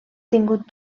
tingut